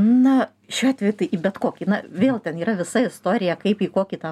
na šiuo atveju tai į bet kokį na vėl ten yra visa istorija kaip į kokį tą